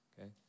okay